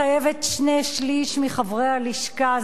מחייבת שני-שלישים מחברי הלשכה.